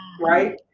Right